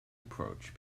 approach